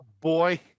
boy